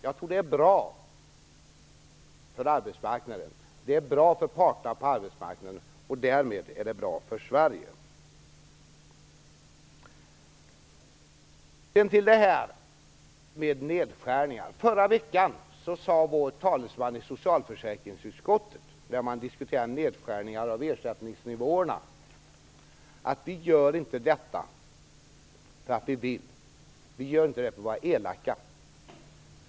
Jag tror att det är bra för arbetsmarknaden och för parterna på denna. Därmed är det bra för Sverige. Sedan till det här med nedskärningar. Förra veckan sade vår talesman i socialförsäkringsutskottet i samband med diskussionen om nedskärningar i ersättningsnivåerna: Vi gör inte detta därför att vi vill eller för att vara elaka.